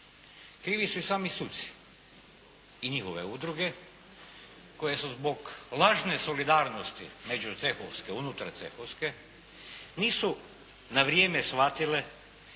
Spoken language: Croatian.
krivi su i sami suci i njihove udruge koje su zbog lažne solidarnosti među cehovske, unutar cehovske, nisu na vrijeme shvatile